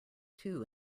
two